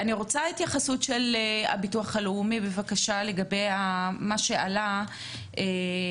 אני רוצה בבקשה לקבל את התייחסות הביטוח הלאומי לגבי מה שעלה בדיון.